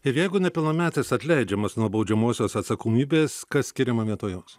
ir jeigu nepilnametis atleidžiamas nuo baudžiamosios atsakomybės kas skiriama vietoj jos